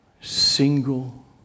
single